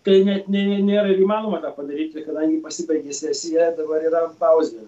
tai net nė nėra įmanoma tą padaryti kadangi pasibaigė sesija dabar yra pauzė